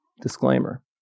Disclaimer